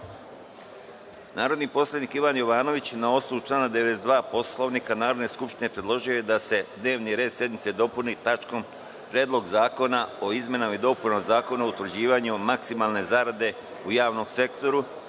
predlog. Narodni poslanik Ivan Jovanović, na osnovu člana 92. Poslovnika Narodne skupštine, predložio je da se dnevni red sednice dopuni tačkom – Predlog zakona o izmenama i dopunama Zakona o utvrđivanju maksimalne zarade u javnom sektoru,